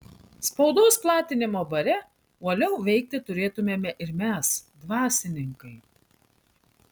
spaudos platinimo bare uoliau veikti turėtumėme ir mes dvasininkai